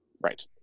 Right